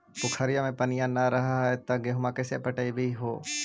पोखरिया मे पनिया न रह है तो गेहुमा कैसे पटअब हो?